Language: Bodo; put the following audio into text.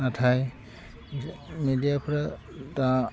नाथाय मेडियाफोरा दा